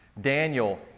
Daniel